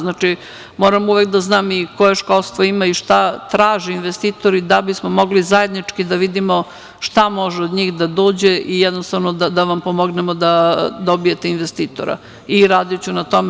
Znači, moram uvek da znam koje školstvo ima i šta traži investitor da bismo mogli zajednički da vidimo šta može od njih da dođe i, jednostavno, da vam pomognemo da dobijete investitora i radiću na tome.